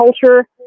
culture